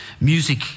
music